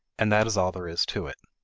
and that is all there is to it.